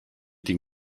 den